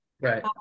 Right